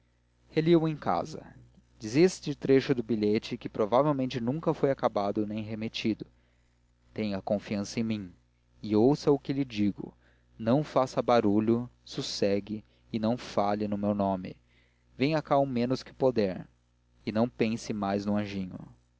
reli o em casa dizia esse trecho do bilhete que provavelmente nunca foi acabado nem remetido tenha confiança em mim e ouça o que lhe digo não faca baralho sossegue e não fale sempre no meu nome venha cá o menos que puder e não pense mais no anjinho